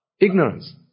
Ignorance